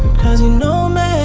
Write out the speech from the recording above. cause you know me,